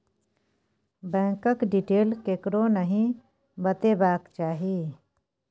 बैंकक डिटेल ककरो नहि बतेबाक चाही